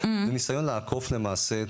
זה ניסיון לעקוף למעשה את